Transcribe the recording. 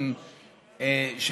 יושב-ראש הישיבה.) לגבי החוק,